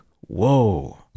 whoa